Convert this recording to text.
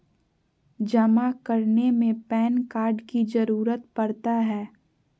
जमा करने में पैन कार्ड की जरूरत पड़ता है?